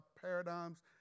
paradigms